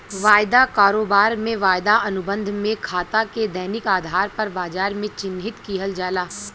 वायदा कारोबार में, वायदा अनुबंध में खाता के दैनिक आधार पर बाजार में चिह्नित किहल जाला